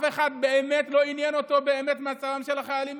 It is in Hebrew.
מסתבר שאת אף אחד לא באמת עניין מצבם של החיילים.